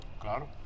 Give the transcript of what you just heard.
claro